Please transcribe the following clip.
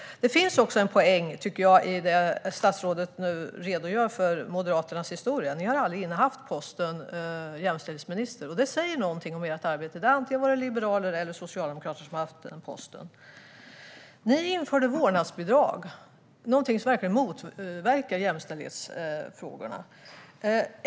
Det finns också en poäng, tycker jag, i det statsrådet nu säger angående Moderaternas historia. Ni har aldrig innehaft posten som jämställdhetsminister, och det säger något om ert arbete. Det har varit antingen liberaler eller socialdemokrater som har haft den posten. Ni införde vårdnadsbidrag, något som verkligen motverkar jämställdhet.